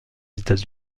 états